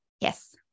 Yes